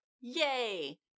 yay